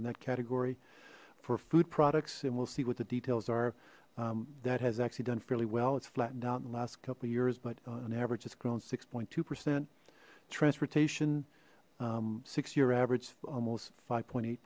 in that category for food products and we'll see what the details are that has actually done fairly well its flattened out in the last couple of years but an average it's grown six point two percent transportation six year average almost five point eight